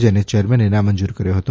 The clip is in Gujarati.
જેને ચેરમેને નામંજુર કર્યો હતો